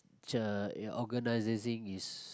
organising is